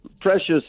precious